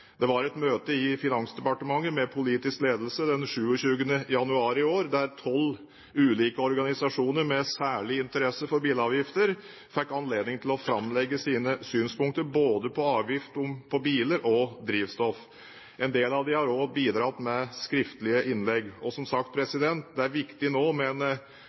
Det var et møte i Finansdepartementet med politisk ledelse den 27. januar i år, der tolv ulike organisasjoner med særlig interesse for bilavgifter fikk anledning til å framlegge sine synspunkter både på avgift på biler og drivstoff. En del av dem har også bidratt med skriftlige innlegg. Som sagt er det viktig i den fasen vi nå er